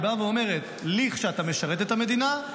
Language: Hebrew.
היא באה אומרת: לכשאתה משרת את המדינה,